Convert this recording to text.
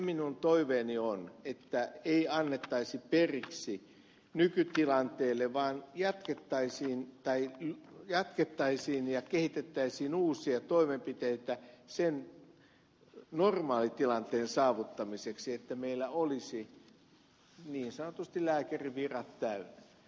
minun toiveeni on se että ei annettaisi periksi nykytilanteelle vaan jatkettaisiin ja kehitettäisiin uusia toimenpiteitä sen normaalitilanteen saavuttamiseksi että meillä olisivat niin sanotusti lääkärinvirat täynnä